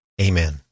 Amen